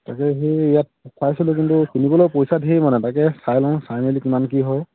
তাকে সেই ইয়াত পাইছিলো কিন্তু কিনিবলৈও পইচা ধেৰ মানে তাকে চাই লওঁ চাই মেলি কিমান কি হয়